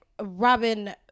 Robin